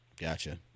Gotcha